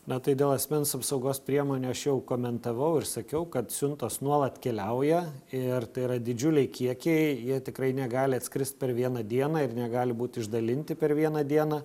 na tai dėl asmens apsaugos priemonių aš jau komentavau ir sakiau kad siuntos nuolat keliauja ir tai yra didžiuliai kiekiai jie tikrai negali atskrist per vieną dieną ir negali būt išdalinti per vieną dieną